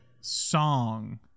song